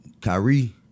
Kyrie